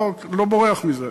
לא בורח מזה,